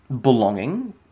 belonging